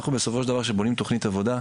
אנחנו בסופו של דבר כשבונים תוכנית עבודה,